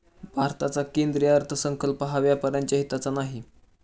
भारताचा केंद्रीय अर्थसंकल्प हा व्यापाऱ्यांच्या हिताचा नाही